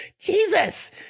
Jesus